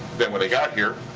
then when they got here,